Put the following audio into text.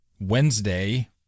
Wednesday